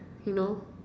you know